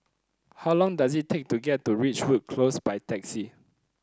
how long does it take to get to Ridgewood Close by taxi